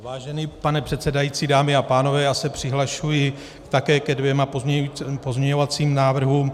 Vážený pane předsedající, dámy a pánové, já se přihlašuji také ke dvěma pozměňovacím návrhům.